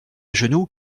genoux